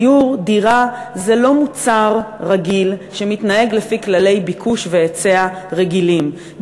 זה לא מוצר רגיל שמתנהג לפי כללי ביקוש והיצע רגילים.